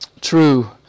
true